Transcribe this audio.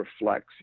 reflects